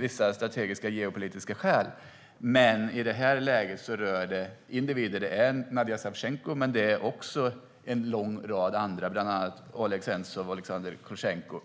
vissa strategiska och geopolitiska skäl, men i det här läget rör det individer. Det är Nadija Savtjenko och en lång rad andra, bland annat Oleg Sentsov och Alexander Kolchenko.